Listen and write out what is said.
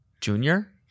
Junior